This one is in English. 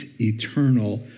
eternal